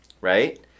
right